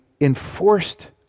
enforced